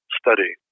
study